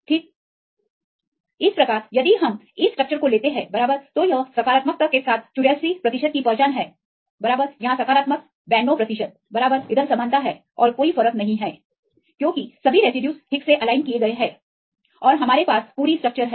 ठीक इस प्रकार यदि हम इस स्ट्रक्चर को लेते हैं बराबर तो यह सकारात्मकता के साथ 84 प्रतिशत की पहचान है बराबर यहां सकारात्मक 92 प्रतिशत बराबर इधर समानता हैं और कोई अंतर नहीं है क्योंकि सभी रेसिड्यूज ठीक से एलाइन किए गए हैं और हमारे पास पूरी स्ट्रक्चर है